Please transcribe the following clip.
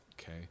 Okay